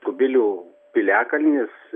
kubilių piliakalnis